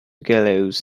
gallows